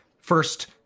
First